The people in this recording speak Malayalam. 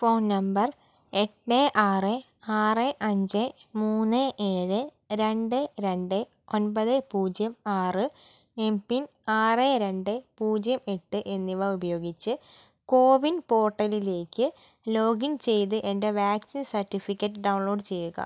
ഫോൺ നമ്പർ എട്ട് ആറ് ആറ് അഞ്ച് മൂന്ന് ഏഴ് രണ്ട് രണ്ട് ഒമ്പത് പൂജ്യം ആറ് എംപിൻ ആറ് രണ്ട് പൂജ്യം എട്ട് എന്നിവ ഉപയോഗിച്ച് കോവിൻ പോർട്ടലിലേക്ക് ലോഗിൻ ചെയ്ത് എൻ്റെ വാക്സിൻ സർട്ടിഫിക്കറ്റ് ഡൗൺലോഡ് ചെയ്യുക